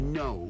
no